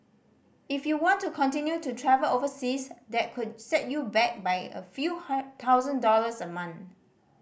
if you want to continue to travel overseas that could set you back by a few thousand dollars a month